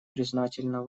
признательна